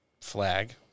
flag